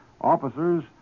officers